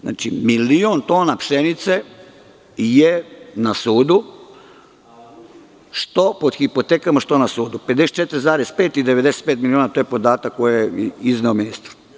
Znači, 1.000.000 pšenice je na sudu, što pod hipotekama što na sudu 54,5 i 95 miliona, to je podatak koji je izneo ministar.